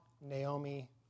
Naomi